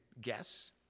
guess